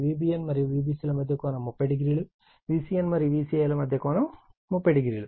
మరియు Vbn మరియు Vbc ల మధ్య కోణం 30o Vcn మరియు Vca మధ్య కోణం 30o గా ఉంటుంది